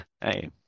Hey